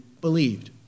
believed